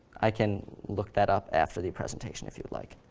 i can look that up after the presentation, if you would like.